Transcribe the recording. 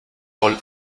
paul